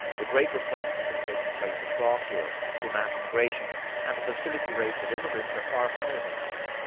the great replacement is taking place across europe, through mass immigration and the fertility rates of immigrants are far higher than ours.